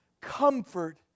comfort